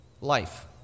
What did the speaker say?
life